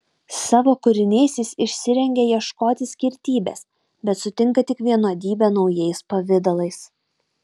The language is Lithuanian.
savo kūriniais jis išsirengia ieškoti skirtybės bet sutinka tik vienodybę naujais pavidalais